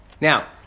Now